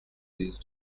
this